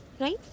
right